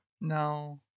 No